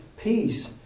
peace